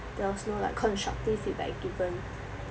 there was no like constructive feedback given